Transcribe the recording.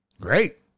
Great